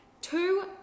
Two